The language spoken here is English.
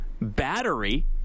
Battery